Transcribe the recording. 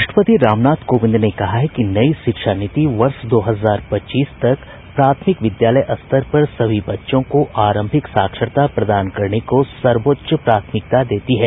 राष्ट्रपति रामनाथ कोविंद ने कहा है कि नई शिक्षा नीति वर्ष दो हजार पच्चीस तक प्राथमिक विद्यालय स्तर पर सभी बच्चों को आरंभिक साक्षरता प्रदान करने को सर्वोच्च प्राथमिकता देती है